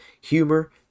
humor